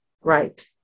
right